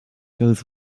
goes